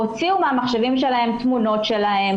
הוציאו מהמחשבים שלהן תמונות שלהן,